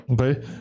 okay